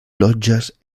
loĝas